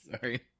Sorry